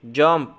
jump